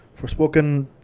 Forspoken